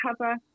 cover